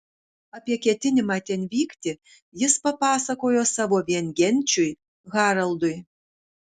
apie ketinimą ten vykti jis papasakojo savo viengenčiui haraldui